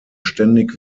ständig